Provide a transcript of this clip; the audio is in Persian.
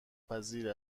پذیر